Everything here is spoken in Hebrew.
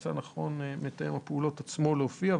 מצא לנכון מתאם הפעולות עצמו להופיע.